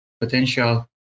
potential